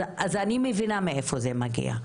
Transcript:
אז אני מבינה מאיפה זה מגיע.